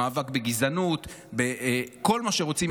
במאבק בגזענות, בכל מה שרוצים.